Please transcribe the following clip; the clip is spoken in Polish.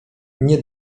nie